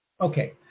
Okay